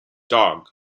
dog